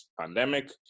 pandemic